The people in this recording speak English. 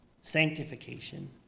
sanctification